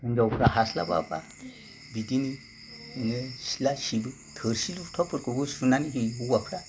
हिनजावफ्रा हास्लाबाबा बिदिनो सङो सिथ्ला सिबो थोरसि लथाफोरखौबो सुनानै होयो हौवाफ्रा